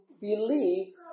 believe